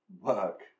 work